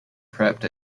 prepped